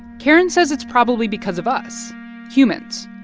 karen says it's probably because of us humans.